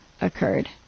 occurred